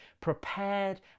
prepared